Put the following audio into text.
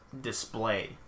display